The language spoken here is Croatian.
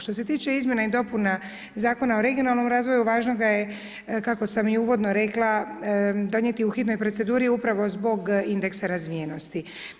Što se tiče izmjena i dopuna Zakona o regionalnom razvoju važno ga je kako sam i uvodno rekla donijeti u hitnoj proceduri upravo zbog indeksa razvijenosti.